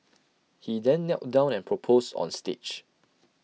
he then knelt down and proposed on stage